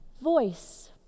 voice